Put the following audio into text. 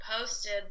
Posted